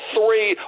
three